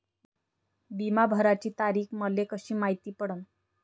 बिमा भराची तारीख मले कशी मायती पडन?